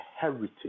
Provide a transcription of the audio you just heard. heritage